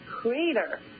creator